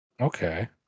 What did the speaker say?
Okay